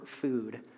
food